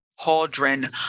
cauldron